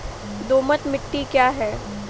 दोमट मिट्टी क्या है?